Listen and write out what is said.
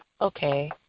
Okay